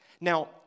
Now